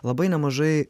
labai nemažai